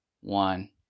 one